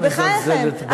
בחייכם.